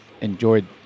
enjoyed